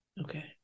Okay